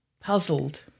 puzzled